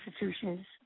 institutions